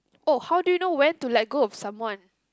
oh how do you know when to let go of someone